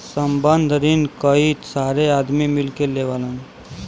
संबंद्ध रिन कई सारे आदमी मिल के लेवलन